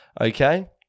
Okay